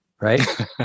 right